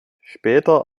später